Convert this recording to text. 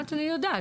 את יודעת.